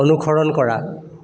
অনুসৰণ কৰা